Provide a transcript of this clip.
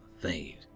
fade